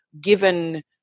given